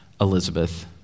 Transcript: Elizabeth